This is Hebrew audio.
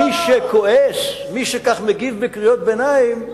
שלמה, מי שכועס, מי שכך מגיב בקריאות ביניים,